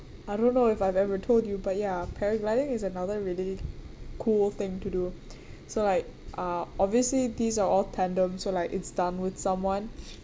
I don't know if I've ever told you but ya paragliding is another really cool thing to do so like uh obviously these are all tandem so like it's done with someone